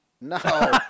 No